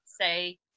say